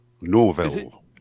Norville